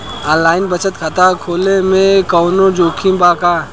Online बचत खाता खोले में कवनो जोखिम बा का?